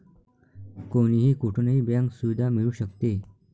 कोणीही कुठूनही बँक सुविधा मिळू शकते